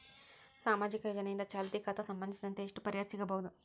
ಸಾಮಾಜಿಕ ಯೋಜನೆಯಿಂದ ಚಾಲತಿ ಖಾತಾ ಸಂಬಂಧಿಸಿದಂತೆ ಎಷ್ಟು ಪರಿಹಾರ ಸಿಗಬಹುದು?